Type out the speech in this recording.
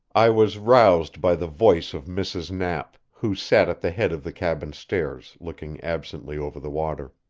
i was roused by the voice of mrs. knapp, who sat at the head of the cabin stairs, looking absently over the water.